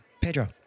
Pedro